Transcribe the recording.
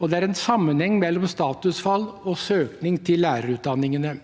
og det er en sammenheng mellom statusfall og søkning til lærerutdanningene.